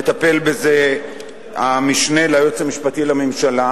מטפל בזה המשנה ליועץ המשפטי לממשלה.